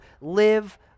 live